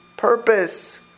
purpose